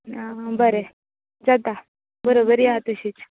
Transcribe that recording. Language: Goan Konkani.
आं बरें जाता बरोबर या तशीच